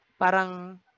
parang